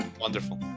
Wonderful